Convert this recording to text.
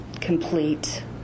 complete